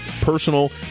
personal